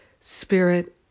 Spirit